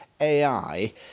AI